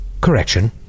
Correction